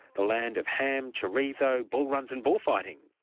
the land of ham, chorizo, bull runs and bullfighting.